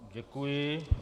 Děkuji.